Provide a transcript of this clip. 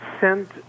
sent